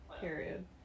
Period